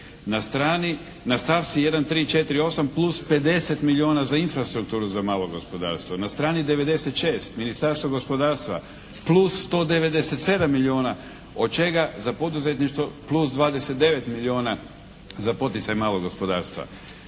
Na stavci 1348 plus 50 milijuna za infrastrukturu za malo gospodarstvo, na strani 96 Ministarstvo gospodarstva plus 197 milijuna od čega za poduzetništvo plus 29 milijuna za poticaj malog gospodarstva.